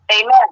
Amen